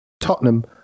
Tottenham